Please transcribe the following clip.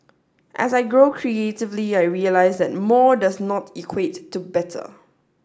as I grow creatively I realise that more does not equate to better